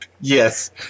Yes